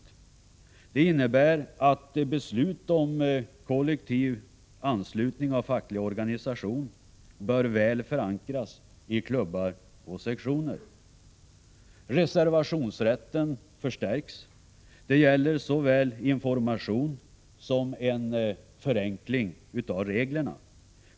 Det innebär att beslut om kollektiv anslutning av facklig organisation ordentligt bör förankras i klubbar och sektioner. Reservationsrätten skall förstärkas — det gäller såväl beträffande informationen som beträffande en förenkling av reglerna.